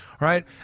right